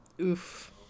oof